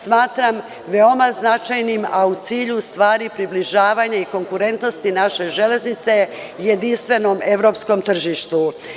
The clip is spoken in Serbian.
Smatram, veoma značajnim, a u cilju stvari približavanja i konkurentnosti naše železnice, jedinstvenom evropskom tržištu.